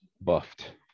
buffed